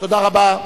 תודה רבה.